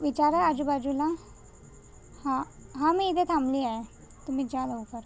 विचारा आजूबाजूला हां हां मी इथे थांबली आहे तुम्ही जा लवकर